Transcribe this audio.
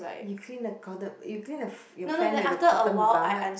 you clean the cot~ you clean your your fan with a cotton bud